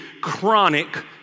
chronic